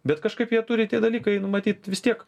bet kažkaip jie turi tie dalykai nu matyt vis tiek